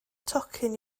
tocyn